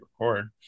record